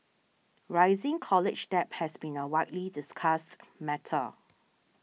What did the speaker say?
rising college debt has been a widely discussed matter